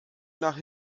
nach